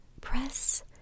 Press